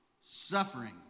Suffering